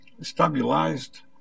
stabilized